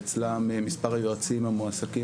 אצלם מספר היועצים המועסקים,